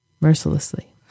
mercilessly